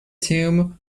tomb